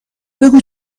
بگو